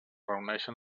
reuneixen